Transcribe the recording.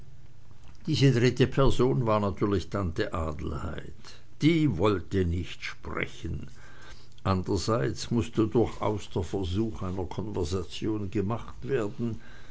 diese dritte person war natürlich tante adelheid die wollte nicht sprechen andrerseits mußte durchaus der versuch einer konversation gemacht werden